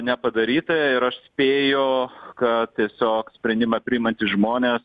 nepadaryta ir aš spėju kad tiesiog sprendimą priimantys žmonės